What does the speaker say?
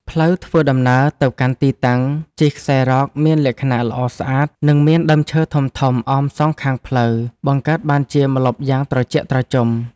ផ្លូវធ្វើដំណើរទៅកាន់ទីតាំងជិះខ្សែរ៉កមានលក្ខណៈល្អស្អាត និងមានដើមឈើធំៗអមសងខាងផ្លូវ បង្កើតបានជាម្លប់យ៉ាងត្រជាក់ត្រជុំ។